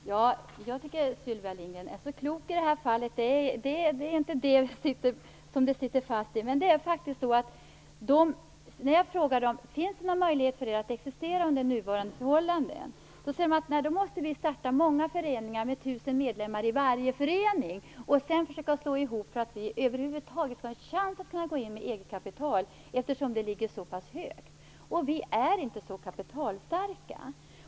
Fru talman! Jag tycker att Sylvia Lindgren är så klok i det här fallet - det är inte det som det hänger på. Jag har frågat: Finns det någon möjlighet för er att existera under nuvarande förhållanden? Man har då svarat: Då måste vi starta många föreningar med 1 000 medlemmar i varje förening, och sedan får vi försöka slå ihop dem, för att vi över huvud taget skall ha en chans att gå in med eget kapital, eftersom det ligger så pass högt, och vi är inte så kapitalstarka.